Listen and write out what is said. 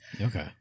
Okay